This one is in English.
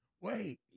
Wait